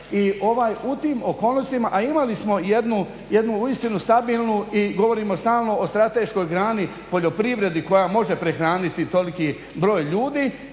I u tim okolnostima, a imali smo jednu uistinu stabilnu i govorimo stalno o strateškoj grani poljoprivredi koja može prehraniti toliki broj ljudi